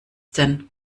denn